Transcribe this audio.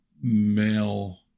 male